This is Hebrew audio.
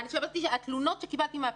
אמרתי שבפריפריה שמעתי תלונות,